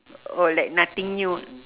oh like nothing new